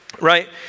right